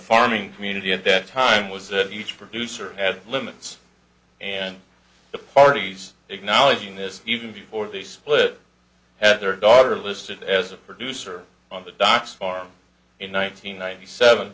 farming community at that time was that each producer had limits and the parties acknowledging this even before they split at their daughter listed as a producer on the docks farm in one nine hundred ninety seven